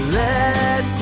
let